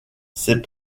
ses